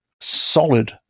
solid